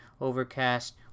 Overcast